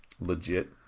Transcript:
Legit